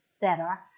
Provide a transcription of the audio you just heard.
better